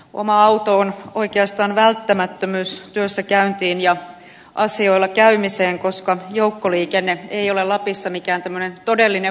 oma auto on oikeastaan välttämättömyys työssäkäyntiin ja asioilla käymiseen koska joukkoliikenne ei ole lapissa mikään tämmöinen todellinen vaihtoehto